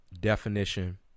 definition